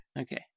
Okay